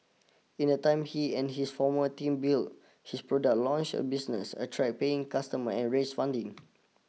in that time he and his former team built his product launched the business attract paying customers and raised funding